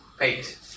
Eight